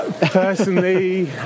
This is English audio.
Personally